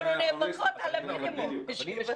אני אומר